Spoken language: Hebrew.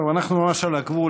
אנחנו ממש על הגבול,